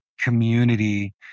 community